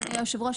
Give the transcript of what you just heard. אדוני היושב ראש,